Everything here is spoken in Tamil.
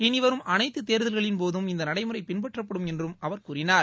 இளிவரும் அனைத்து தேர்தல்களின் போதும் இந்த நடைமுறை பின்பற்றப்படும் என்றும் அவர் கூறினார்